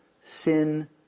Sin